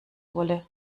wolle